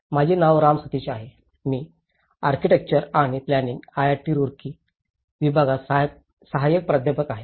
माझे नाव राम सतीश आहे मी architecture and planning IIT Roorkee विभागात सहाय्यक प्राध्यापक आहे